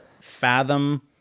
fathom